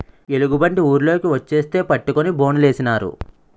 ఎలుగుబంటి ఊర్లోకి వచ్చేస్తే పట్టుకొని బోనులేసినారు